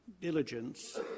diligence